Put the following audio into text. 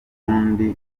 ndi